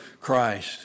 Christ